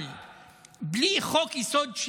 אבל בלי חוק-יסוד: